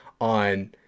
on